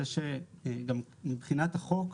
מבחינת החוק,